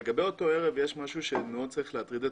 לגבי אותו ערב יש משהו שצריך מאוד להטריד את